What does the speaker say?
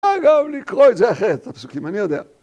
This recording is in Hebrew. אגב, לקרוא את זה אחרת, הפסוקים, אני יודע.